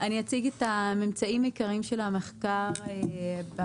אני אציג את הממצאים העיקריים של המחקר שעשינו